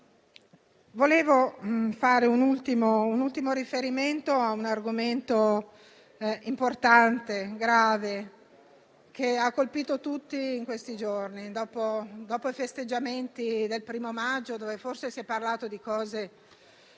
Vorrei fare un ultimo riferimento a un argomento importante, grave, che ha colpito tutti in questi giorni. Dopo i festeggiamenti del 1° maggio, quando forse si è parlato di